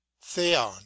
theon